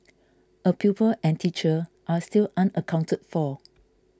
a pupil and teacher are still unaccounted for